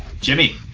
Jimmy